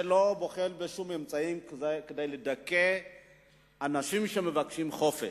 שלא בוחל בשום אמצעי כדי לדכא אנשים שמבקשים חופש.